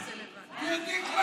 אני מבקש,